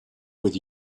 with